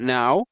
now